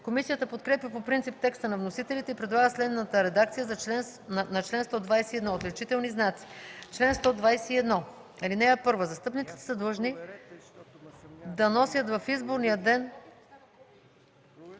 Комисията подкрепя по принцип текста на вносителите и предлага следната редакция за чл. 121: „Отличителни знаци Чл. 121. (1) Застъпниците са длъжни да носят в изборния ден